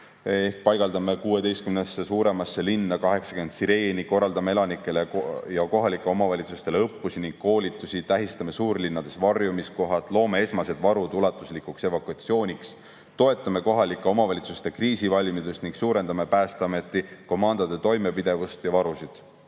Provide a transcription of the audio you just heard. paigaldame 16‑sse suuremasse linna 80 sireeni, korraldame elanikele ja kohalikele omavalitsustele õppusi ning koolitusi, tähistame suurlinnades varjumiskohad, loome esmased varud ulatuslikuks evakuatsiooniks, toetame kohalike omavalitsuste kriisivalmidust ning suurendame Päästeameti komandode toimepidevust ja varusid.